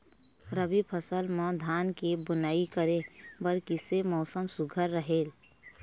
रबी फसल म धान के बुनई करे बर किसे मौसम सुघ्घर रहेल?